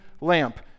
lamp